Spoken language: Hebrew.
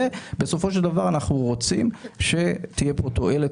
בסופו של דבר אנחנו רוצים שתהיה פה תועלת